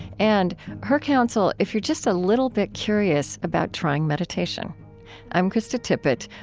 and her counsel if you're just a little bit curious about trying meditation i'm krista tippett.